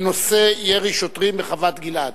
בנושא: ירי שוטרים בחוות-גלעד.